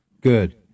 Good